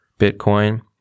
Bitcoin